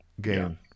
gain